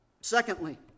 Secondly